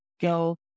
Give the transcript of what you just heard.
go